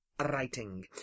writing